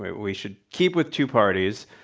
we should keep with two parties,